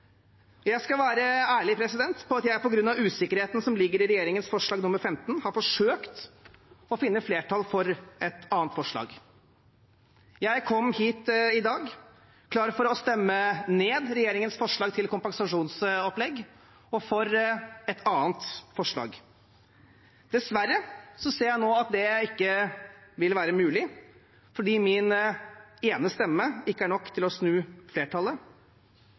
Jeg skal være ærlig på at jeg, på grunn av usikkerheten som ligger i regjeringens forslag nr. 15, har forsøkt å finne flertall for et annet forslag. Jeg kom hit i dag klar for å stemme ned regjeringens forslag til kompensasjonsopplegg og for et annet forslag. Dessverre ser jeg nå at det ikke vil være mulig, fordi min ene stemme ikke er nok til å snu flertallet.